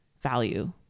value